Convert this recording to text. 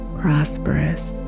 prosperous